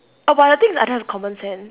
oh but the thing is I don't have common sense